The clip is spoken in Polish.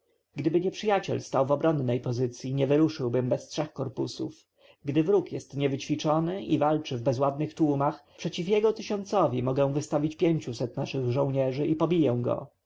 gdyby nieprzyjaciel stał w obronnej pozycji nie wyruszyłbym bez trzech korpusów gdy wróg jest niewyćwiczony i walczy w bezładnych tłumach przeciw jego tysiącowi mogę wystawić pięciuset naszych żołnierzy i pobiję go